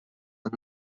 amb